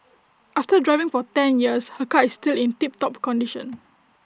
after driving for ten years her car is still in tip top condition